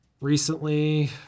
recently